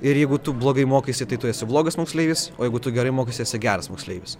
ir jeigu tu blogai mokaisi tai tu esi blogas moksleivis o jeigu tu gerai mokaisi esi geras moksleivis